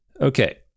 Okay